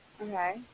Okay